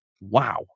wow